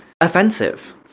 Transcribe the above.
offensive